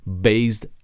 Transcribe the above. based